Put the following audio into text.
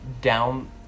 down